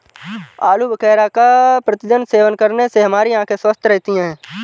आलू बुखारा का प्रतिदिन सेवन करने से हमारी आंखें स्वस्थ रहती है